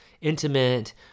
intimate